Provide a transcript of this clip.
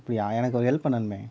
அப்படியா எனக்கு ஒரு ஹெல்ப் பண்ணணுமே